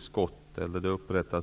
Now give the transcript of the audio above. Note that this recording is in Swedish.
Sverige?